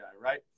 right